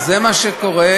זה מה שקורה,